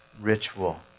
ritual